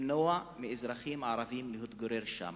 למנוע מאזרחים ערבים להתגורר שם.